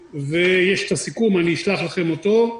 ויש את הסיכום, אני אפתח לכם אותו.